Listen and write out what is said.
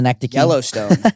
Yellowstone